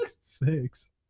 six